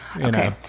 Okay